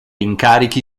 incarichi